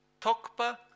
Tokpa